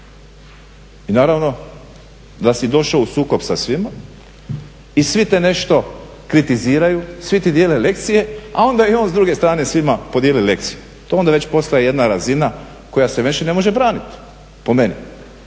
I naravno da si došao u sukob sa svima i svi te nešto kritiziraju, svi ti dijele lekcije a onda i on s druge strane svima podijeli lekciju. To onda već postaje jedna razina koja se više ne može braniti po meni.